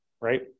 right